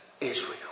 Israel